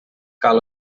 cal